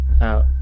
out